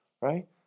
right